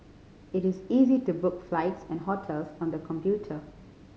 it is easy to book flights and hotels on the computer